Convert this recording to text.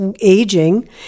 aging